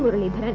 Muraleedharan